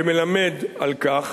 שמלמד על כך